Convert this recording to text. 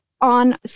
on